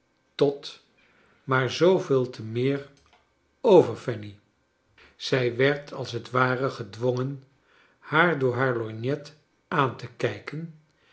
tot maar zooveel te meer over fanny zij werd als t ware gedwongen haar door haar lorgnet aan te kijken